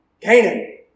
Canaan